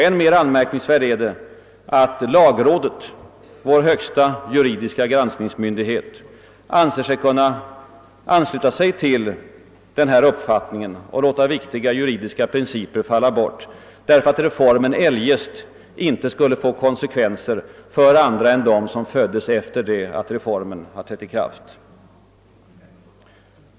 Än mera anmärkningsvärt är att lagrådet — vår högsta juridiska granskningsmyndighet — anser sig kunna ansluta sig till denna uppfattning och låta viktiga juridiska principer falla bort därför att reformen eljest inte skulle få konsekvenser för andra än dem som föddes efter det att reformen hade trätt i kraft.